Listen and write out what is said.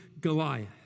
Goliath